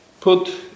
put